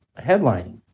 headlining